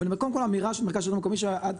אבל זה קודם כל אמירה של מרכז לשלטון מקומי שעד